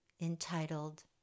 entitled